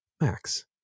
Max